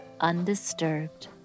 undisturbed